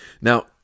now